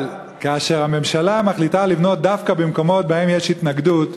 אבל כאשר הממשלה מחליטה לבנות דווקא במקומות שבהם יש התנגדות,